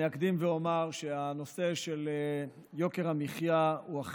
אני קורא אותך לסדר פעם שנייה.